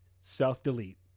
self-delete